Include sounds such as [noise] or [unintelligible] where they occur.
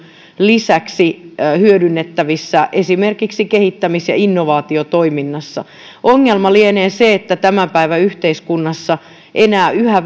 lisäksi mahdollisesti hyödynnettävissä esimerkiksi kehittämis ja innovaatiotoiminnassa ongelma lienee se että tämän päivän yhteiskunnassa enää yhä [unintelligible]